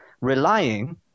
relying